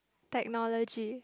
technology